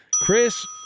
Chris